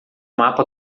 mapa